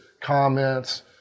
comments